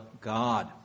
God